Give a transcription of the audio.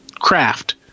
craft